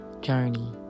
journey